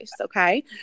Okay